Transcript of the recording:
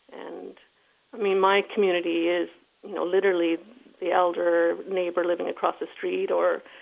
and mean, my community is you know literally the elderly neighbor living across the street or